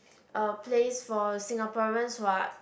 a place for Singaporeans who are